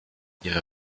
ihre